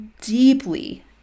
deeply